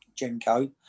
Jenko